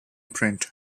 print